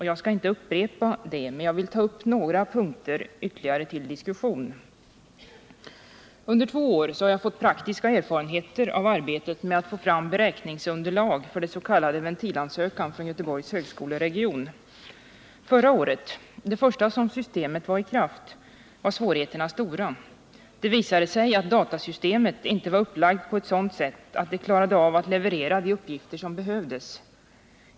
Jag skall inte upprepa det, men jag vill ta upp ytterligare några punkter till diskussion. Under två år har jag fått praktiska erfarenheter av arbetet med att få fram beräkningsunderlag för den s.k. ventilansökan från Göteborgs högskoleregion. Förra året, det första som systemet var i kraft, var svårigheterna stora. Det visade sig att datasystemet inte var upplagt på ett sådant sätt att det klarade av att leverera de uppgifter som behövdes.